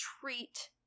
treat